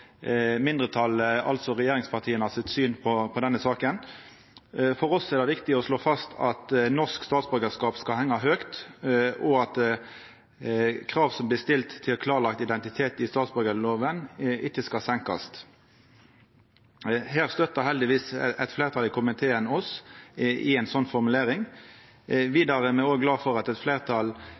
syn på denne saka. For oss er det viktig å slå fast at norsk statsborgarskap skal henga høgt, og at krav som blir stilte til klarlagd identitet i statsborgarlova, ikkje skal senkast. Her støttar heldigvis eit fleirtal i komiteen oss i ei slik formulering. Vidare er me også glade for at eit fleirtal